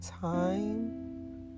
time